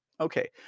okay